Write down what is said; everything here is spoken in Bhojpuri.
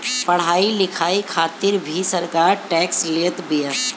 पढ़ाई लिखाई खातिर भी सरकार टेक्स लेत बिया